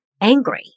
angry